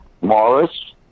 Morris